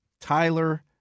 Tyler